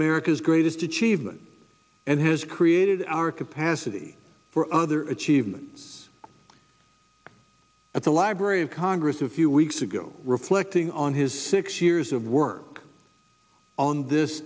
america's greatest achievement and has created our capacity for other achievement at the library of congress a few weeks ago reflecting on his six years of work on this